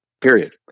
period